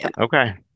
Okay